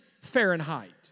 Fahrenheit